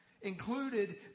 included